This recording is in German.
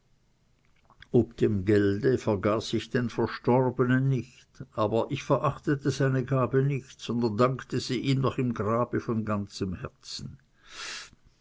dem gelde vergaß ich den verstorbenen nicht aber ich verachtete seine gabe nicht sondern dankte sie ihm noch im grabe von ganzem herzen